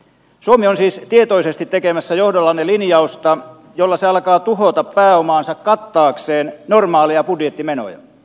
suomi on siis tietoisesti tekemässä johdollanne linjausta jolla se alkaa tuhota pääomaansa kattaakseen normaaleja budjettimenoja